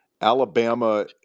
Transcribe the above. Alabama